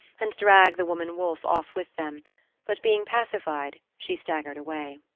and drag the woman wolfe off with them but, being pacified, she staggered away.